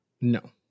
No